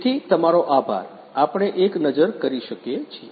તેથી તમારો આભાર આપણે એક નજર કરી શકીએ છીએ